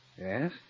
Yes